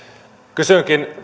kysynkin